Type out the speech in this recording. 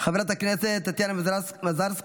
חברת הכנסת טטיאנה מזרסקי,